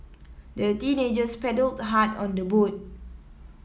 the teenagers paddled hard on their boat